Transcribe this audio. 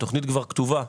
התוכנית כבר כתובה.